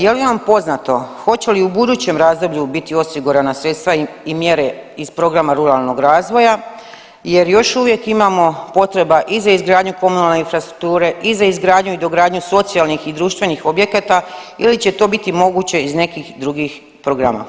Je li vam poznato hoće li u budućem razdoblju biti osigurana sredstva i mjere iz programa ruralnog razvoja jer još uvijek imamo potreba i za izgradnju komunalne infrastrukture i za izgradnju i dogradnju socijalnih i društvenih objekata ili će to biti moguće iz nekih drugih programa.